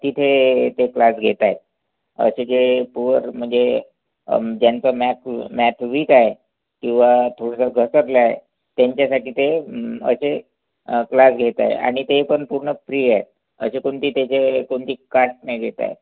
तिथे ते क्लास घेत आहेत असे जे पुवर म्हणजे ज्यांचं मॅथ मॅथ वीक आहे किंवा थोडसं घसरलं आहे त्यांच्यासाठी ते असे क्लास घेत आहे आणि ते पण पूर्ण फ्री आहे असे कोणती त्याचे कोणती काट नाही घेत आहे